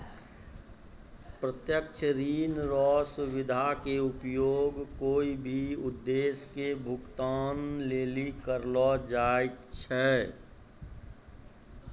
प्रत्यक्ष ऋण रो सुविधा के उपयोग कोय भी उद्देश्य के भुगतान लेली करलो जाय छै